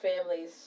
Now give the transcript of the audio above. families